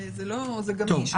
זה גמיש.